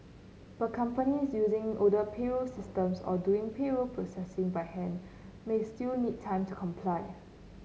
but companies using older payroll systems or doing payroll processing by hand may still need time to comply